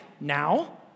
now